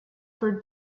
for